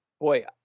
boy